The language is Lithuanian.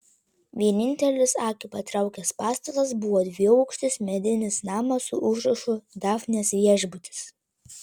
vienintelis akį patraukęs pastatas buvo dviaukštis medinis namas su užrašu dafnės viešbutis